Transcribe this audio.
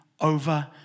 over